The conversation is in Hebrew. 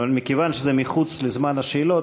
אבל מכיוון שזה מחוץ לזמן השאלות,